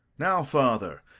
now, father,